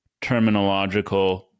terminological